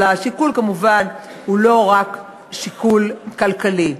אבל השיקול כמובן הוא לא רק שיקול כלכלי.